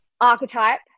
archetype